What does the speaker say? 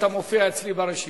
אתה אצלי ברשימה.